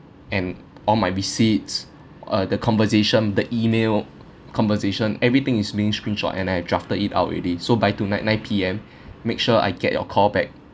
and all my receipts uh the conversation the email conversation everything is being screenshot and I drafted it out already so by tonight nine P_M make sure I get your call back